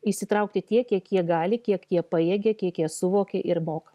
įsitraukti tiek kiek jie gali kiek jie pajėgia kiek jie suvokia ir moka